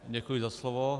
Děkuji za slovo.